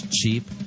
cheap